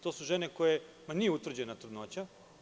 To su žene kojima nije utvrđena trudnoća.